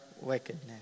wickedness